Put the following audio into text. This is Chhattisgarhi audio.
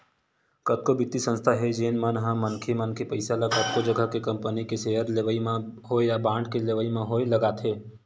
कतको बित्तीय संस्था हे जेन मन ह मनखे मन के पइसा ल कतको जघा के कंपनी के सेयर लेवई म होय या बांड के लेवई म होय लगाथे